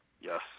Yes